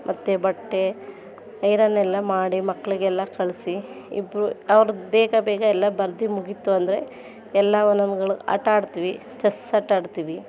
ಮತ್ತು ಬಟ್ಟೆ ಐರನ್ನೆಲ್ಲ ಮಾಡಿ ಮಕ್ಕಳಿಗೆಲ್ಲ ಕಳಿಸಿ ಇದು ಅವ್ರದ್ದು ಬೇಗ ಬೇಗ ಎಲ್ಲ ಬರೆದು ಮುಗೀತು ಅಂದರೆ ಎಲ್ಲ ಒಂದೊಂದ್ಗಳು ಆಟಾಡ್ತೀವಿ ಚಸ್ ಆಟಾಡ್ತೀವಿ